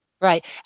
Right